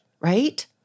right